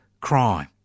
Crime